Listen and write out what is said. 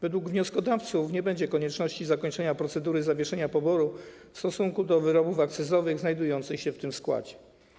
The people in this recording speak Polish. Według wnioskodawców nie będzie konieczności zakończenia procedury zawieszenia poboru w stosunku do wyrobów akcyzowych znajdujących się w tym składzie.